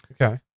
Okay